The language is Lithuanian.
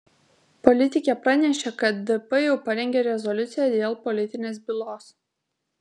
politikė pranešė kad dp jau parengė rezoliuciją dėl politinės bylos